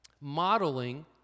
modeling